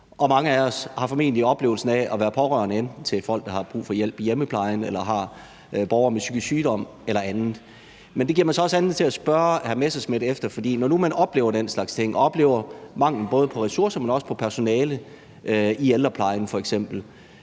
Mange af os har formentlig oplevelsen af at være pårørende til enten folk, der har brug for hjælp i hjemmeplejen, eller borgere med psykisk sygdom eller andet. Det giver mig så også anledning til at spørge hr. Morten Messerschmidt om noget. Når nu man oplever den slags ting og oplever mangel på både ressourcer og personale i f.eks. ældreplejen,